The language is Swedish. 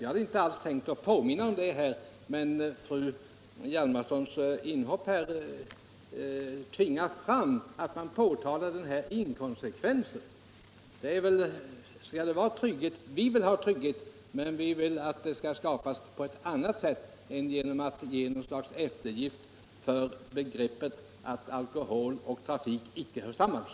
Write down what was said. Jag hade inte tänkt påminna om det, men fru Hjalmarssons inhopp här tvingar fram att jag påtalar denna inkonsekvens. Vi vill ha trygghet, men vi vill att den skall skapas på annat sätt än genom att man ger efter i fråga om principen att alkohol och trafik icke hör samman.